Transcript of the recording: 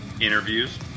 Interviews